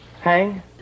hang